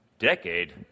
decade